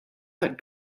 that